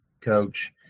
coach